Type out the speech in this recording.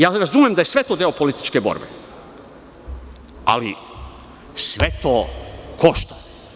Razumem da je sve to deo političke borbe, ali sve to košta.